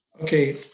Okay